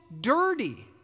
dirty